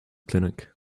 clinic